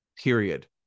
Period